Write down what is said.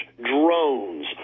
drones